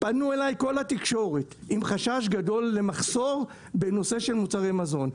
פנו אליי כל התקשורת עם חשש גדול למחסור בנושא של מוצרי מזון.